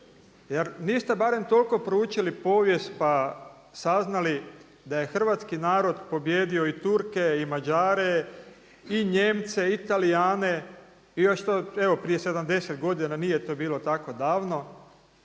jer niste barem toliko proučili povijest pa saznali da je hrvatski narod pobijedio i Turke, i Mađare, i Nijemce, i Talijane i to još prije 70. godina, nije to bilo tako davno.